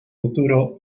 futuro